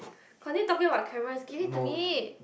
continue talking about cameras give it to me